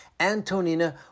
Antonina